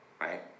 right